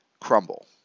crumble